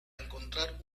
encontrar